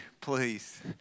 please